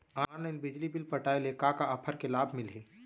Online बिजली bill पटाय ले का का ऑफ़र के लाभ मिलही?